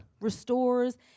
restores